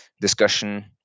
discussion